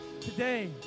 today